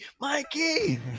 mikey